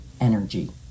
energy